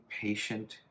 patient